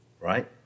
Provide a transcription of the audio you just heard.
Right